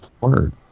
word